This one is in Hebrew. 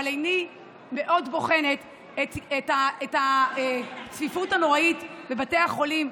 אבל עיני מאוד בוחנת את הצפיפות הנוראית בבתי החולים,